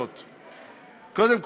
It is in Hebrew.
ממך.